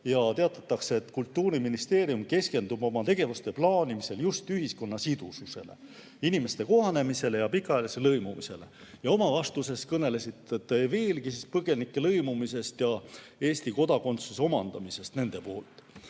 teatatakse, et Kultuuriministeerium keskendub oma tegevuse plaanimisel just ühiskonna sidususele, inimeste kohanemisele ja pikaajalisele lõimumisele. Oma vastuses kõnelesite te veelgi põgenike lõimumisest ja Eesti kodakondsuse omandamisest nende puhul.